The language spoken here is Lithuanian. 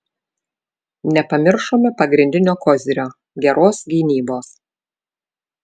nepamiršome pagrindinio kozirio geros gynybos